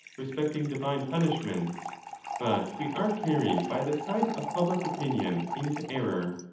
respecting divine punishments but we are carried by the tide of public opinion into error,